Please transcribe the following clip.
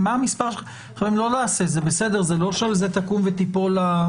לא על זה תקום ותיפול.